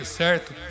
certo